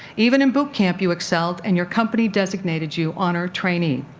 even in boot camp you excelled, and your company designated you honor trainee.